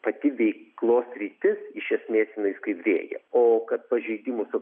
pati veiklos sritis iš esmės jinai skaidrėja o kad pažeidimų su